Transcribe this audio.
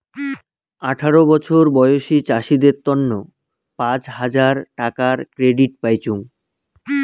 আঠারো বছর বয়সী চাষীদের তন্ন পাঁচ হাজার টাকার ক্রেডিট পাইচুঙ